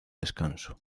descanso